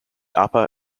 upper